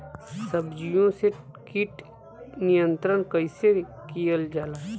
सब्जियों से कीट नियंत्रण कइसे कियल जा?